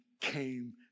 came